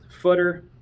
footer